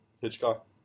Hitchcock